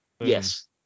Yes